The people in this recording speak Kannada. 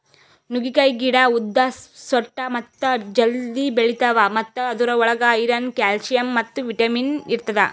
ನುಗ್ಗೆಕಾಯಿ ಗಿಡ ಉದ್ದ, ಸೊಟ್ಟ ಮತ್ತ ಜಲ್ದಿ ಬೆಳಿತಾವ್ ಮತ್ತ ಅದುರ್ ಒಳಗ್ ಐರನ್, ಕ್ಯಾಲ್ಸಿಯಂ ಮತ್ತ ವಿಟ್ಯಮಿನ್ ಇರ್ತದ